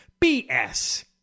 BS